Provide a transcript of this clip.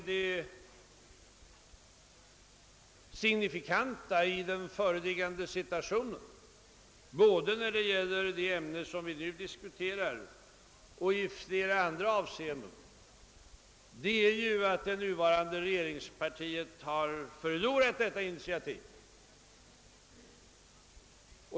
Det signifikanta i den föreliggande situationen — både när det gäller det ämne vi nu diskuterar och i flera andra avseenden — är att det nuvarande regeringspartiet har förlorat detta initiativ.